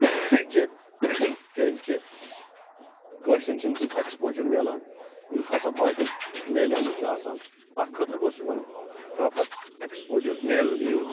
کہ کیٛازِکہِ کٲشرٮ۪ن چھِنہٕ تیُتھ ایٚکٕسپوجَر مِلان یُتھ ہَسا باقیَن میلیومُت چھُ آسان اَتھ خٲطرٕ گوٚژھ یِمَن پرٛاپَر ایٚکٕسپوجَر مِلنہٕ یُن